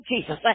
Jesus